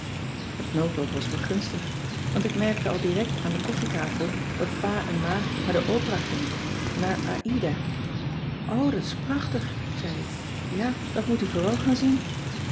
het noodlot was me gunstig want ik merkte al direct aan de koffietafel dat pa en ma naar de opera gingen naar aïda o dat is prachtig zei ik ja dat moet u vooral gaan zien